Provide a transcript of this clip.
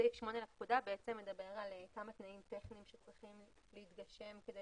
סעיף 8 לפקודה מדבר על כמה תנאים טכניים שצריכים להתגשם כדי